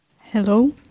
Hello